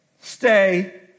Stay